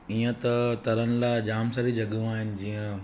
ईअं त तरण लाइ जाम सारी जॻहियूं आहिनि जीअं